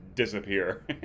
disappear